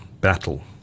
battle